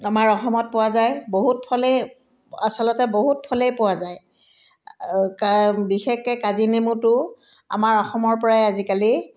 আমাৰ অসমত পোৱা যায় বহুত ফলেই আচলতে বহুত ফলেই পোৱা যায় কা বিশেষকৈ কাজি নেমুটো আমাৰ অসমৰ পৰাই আজিকালি